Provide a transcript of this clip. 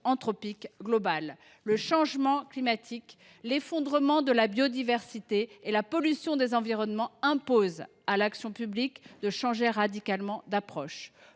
anthropiques globales. Le changement climatique, l’effondrement de la biodiversité et la pollution des environnements imposent à l’action publique de changer radicalement d’approche.